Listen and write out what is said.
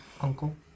uncle